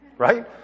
right